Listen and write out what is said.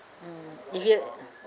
mm if you